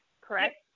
correct